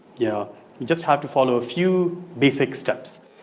yeah just have to follow a few basic steps.